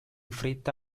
fretta